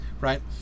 right